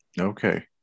Okay